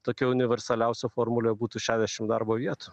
tokia universaliausia formulė būtų šešiasdešimt darbo vietų